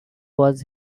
was